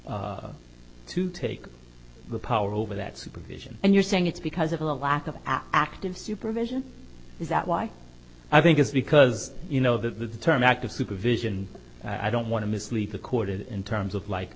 to take the power over that supervision and you're saying it's because of a lack of active supervision is that why i think it's because you know the term active supervision i don't want to mislead the corded in terms of like